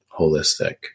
holistic